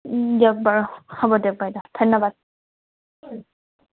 দিয়ক বাৰু হ'ব দিয়ক বাইদ' ধন্যবাদ